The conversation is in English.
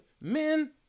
men